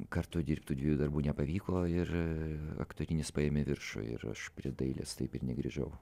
kartu dirbt tų dviejų darbų nepavyko ir aktorinis paėmė viršų ir aš prie dailės taip ir negrįžau